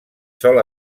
sol